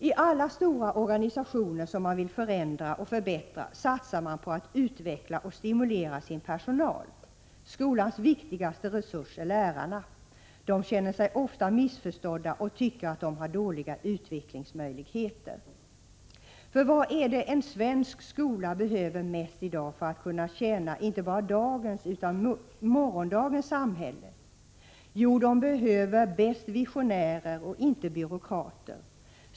I alla stora organisationer som man vill förändra och förbättra satsar man på att utveckla och stimulera sin personal. Skolans viktigaste resurs är lärarna. De känner sig ofta missförstådda och tycker att de har dåliga utvecklingsmöjligheter. För vad är det en svensk skola behöver mest i dag för att kunna tjäna inte bara dagens utan också morgondagens samhälle? Det skolan behöver bäst av allt är visionärer och inte byråkrater.